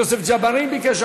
יוסף ג'בארין ביקש,